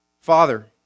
Father